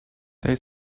they